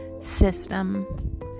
system